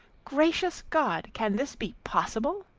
gracious god! can this be possible!